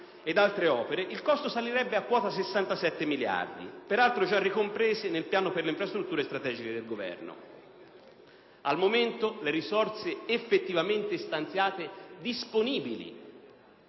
e altre opere), il costo salirebbe a quota 67 miliardi di euro, peraltro già ricompresi nel piano per le infrastrutture strategiche del Governo. Al momento, le risorse effettivamente stanziate disponibili